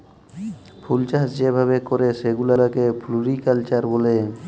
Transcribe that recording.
ফুলচাষ যে ভাবে ক্যরে সেগুলাকে ফ্লরিকালচার ব্যলে